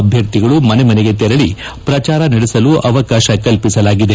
ಅಭ್ಲರ್ಥಿಗಳು ಮನೆ ಮನೆಗೆ ತೆರಳಿ ಪ್ರಚಾರ ನಡೆಸಲು ಅವಕಾಶ ಕಲ್ಪಿಸಲಾಗಿದೆ